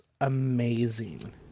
amazing